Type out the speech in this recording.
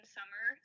Summer